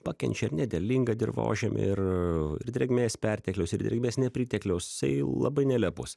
pakenčia ir nederlingą dirvožemį ir ir drėgmės pertekliaus ir drėgmės nepritekliaus jisai labai nelepus